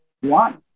One